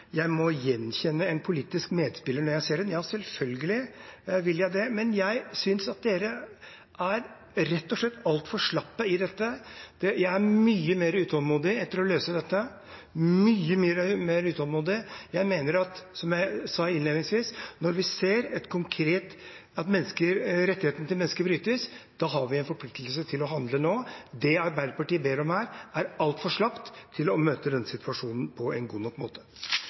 jeg må «gjenkjenne en politisk medspiller» når jeg ser en. Ja, selvfølgelig vil jeg det, men jeg synes at de rett og slett er altfor slappe i dette. Jeg er mye mer utålmodig etter å løse dette, mye mer utålmodig. Jeg mener, som jeg sa innledningsvis, at når vi ser at rettighetene til mennesker brytes, har vi en forpliktelse til å handle. Det Arbeiderpartiet ber om her, er altfor slapt til å møte denne situasjonen på en god nok måte.